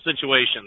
situations